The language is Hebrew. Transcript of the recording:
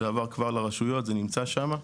זה עבר כבר לרשויות, זה נמצא שמה.